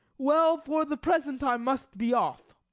well, for the present i must be off.